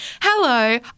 Hello